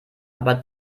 aber